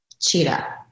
cheetah